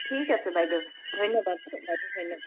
ঠিক আছে বাইদেউ ধন্য়বাদ দেই বাইদেউ ধন্য়বাদ